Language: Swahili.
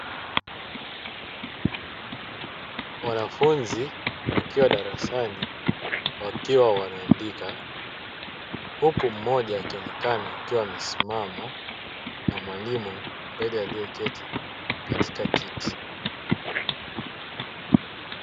Wanafunzi wakiwa darasani wakiwa wanaandika huku mmoja akionekana akiwa amesimama na mwalimu mbele aliyeketi katika kiti.